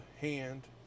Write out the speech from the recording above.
hand